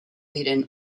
diren